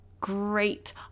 great